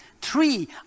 Three